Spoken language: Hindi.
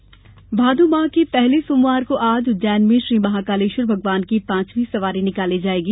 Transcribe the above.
उज्जैन महाकाल भादौ माह के पहले सोमवार को आज उज्जैन में श्री महाकालेश्वर भगवान की पांचवी सवारी निकाली जायेगी